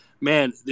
man